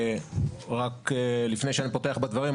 רק לפני שאני פותח בדברים,